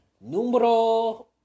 numero